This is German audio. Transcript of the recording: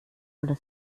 oder